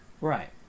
Right